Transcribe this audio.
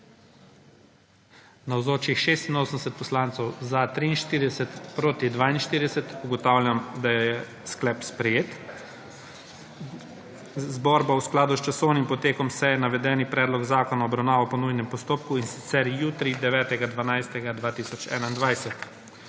42. (Za je glasovalo 43.) (Proti 42.) Ugotavljam, da je sklep sprejet. Zbor bo v skladu s časovnim potekom seje navedeni predlog zakona obravnaval po nujnem postopku in sicer, jutri, 9. 12. 2021.